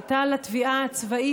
הייתה לתביעה הצבאית,